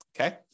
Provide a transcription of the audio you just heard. Okay